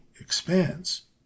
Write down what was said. expands